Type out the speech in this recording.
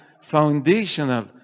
foundational